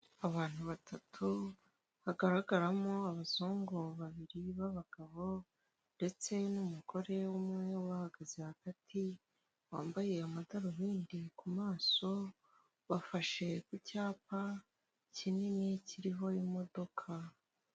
Abantu batatu, hagaragaramo abazungu babiri b'abagabo ndetse n'umugore umwe, ubahagaze hagati wambaye amadarubindi ku maso, bafashe ku cyapa kinini kiriho imodoka.